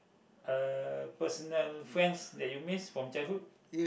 uh personal friends that you miss from childhood